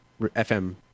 FM